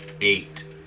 Eight